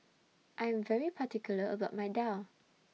I Am very particular about My Daal